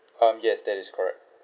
um yes that is correct